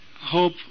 hope